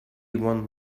one